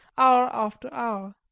hour after hour.